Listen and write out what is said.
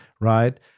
right